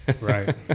Right